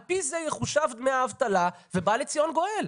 על פי זה יחושב דמי האבטלה ובא לציון גואל.